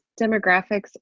demographics